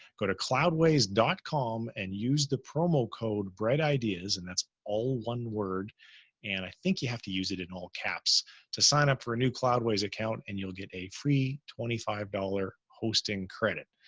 go to cloudways dot com and use the promo code bright ideas and that's all one word and i think you have to use it in all caps to sign up for a new cloudways account and you'll get a free twenty five dollars hosting credit.